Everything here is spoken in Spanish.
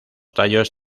tallos